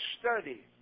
study